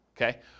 Okay